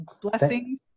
Blessings